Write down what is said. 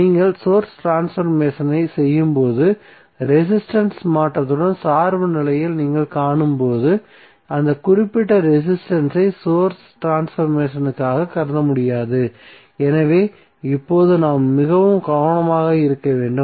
நாங்கள் source transformation செய்யும்போது resistance மாற்றத்துடன் சார்புநிலையை நீங்கள் காணும்போது அந்த குறிப்பிட்ட ரெசிஸ்டன்ஸ் ஐ சோர்ஸ் ட்ரான்ஸ்பர்மேசனிற்காக கருத முடியாது எனவே இப்போது நாம் மிகவும் கவனமாக இருக்க வேண்டும்